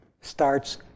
starts